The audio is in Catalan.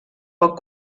poc